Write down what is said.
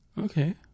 Okay